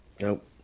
nope